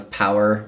power